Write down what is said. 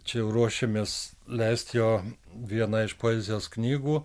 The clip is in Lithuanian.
čia jau ruošiamės leist jo vieną iš poezijos knygų